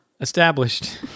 Established